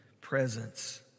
presence